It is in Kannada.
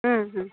ಹ್ಞೂ ಹ್ಞೂ